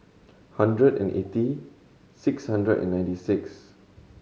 hundred and eighty six hundred and ninety six